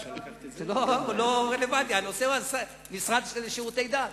הנושא הוא המשרד לשירותי דת.